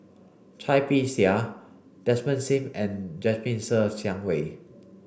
Cai Bixia Desmond Sim and Jasmine Ser Xiang Wei